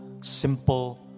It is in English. simple